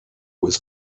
was